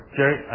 Jerry